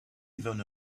even